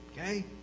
Okay